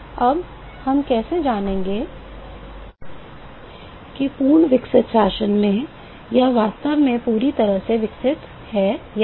अब हम कैसे जानेंगे कि पूर्ण विकसित शासन में यह वास्तव में पूरी तरह से विकसित है या नहीं